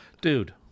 Dude